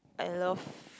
like love